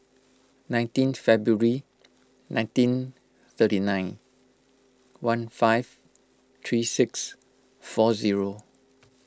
nineteen February nineteen thirty nine one five three six four zero